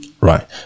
right